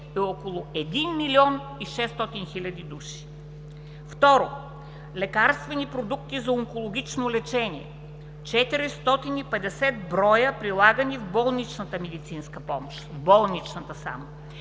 е около 1,6 млн. души. 2. Лекарствени продукти за онкологично лечение – 450 броя, прилагани в болничната медицинска помощ – в болничната само.